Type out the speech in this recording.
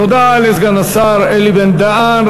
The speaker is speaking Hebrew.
תודה לסגן השר אלי בן-דהן.